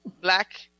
black